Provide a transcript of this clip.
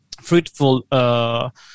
fruitful